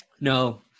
No